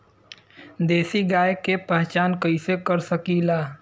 देशी गाय के पहचान कइसे कर सकीला?